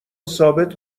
ثابت